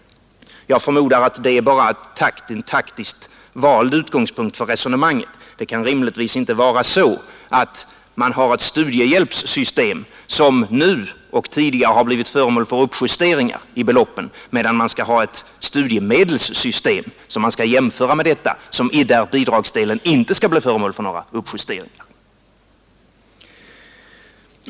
Jag förmodar att det bara är en taktiskt vald utgångspunkt för resonemanget. Det kan rimligtvis inte vara så att man har ett studiehjälpssystem, som nu och tidigare har blivit föremål för uppjusteringar i beloppen, medan man skall ha ett studiemedelssystem att jämföra med, där bidragsdelen inte skall bli föremål för några uppiusteringar.